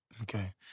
Okay